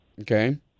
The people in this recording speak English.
Okay